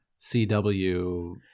cw